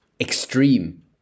extreme